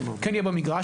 וכן יהיה במגרש,